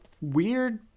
Weird